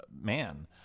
man